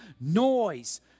Noise